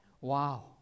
Wow